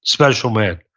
special man.